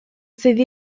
sydd